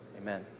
amen